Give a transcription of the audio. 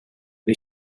the